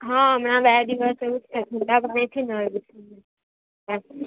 હા હમણાં બે દિવસ એવું જ થયું મોટા ભાગે છે ને